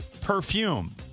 perfume